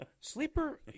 Sleeper